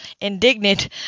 indignant